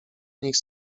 nich